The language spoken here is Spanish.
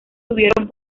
tuvieron